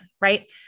Right